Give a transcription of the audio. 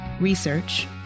research